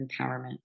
empowerment